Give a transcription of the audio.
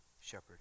shepherd